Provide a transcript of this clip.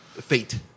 Fate